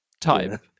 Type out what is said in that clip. type